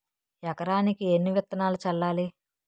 ఎకరానికి ఎన్ని విత్తనాలు చల్లాలి?